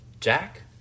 Jack